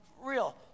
real